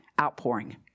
outpouring